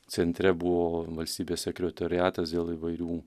centre buvo valstybės sekretoriatas dėl įvairių